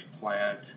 plant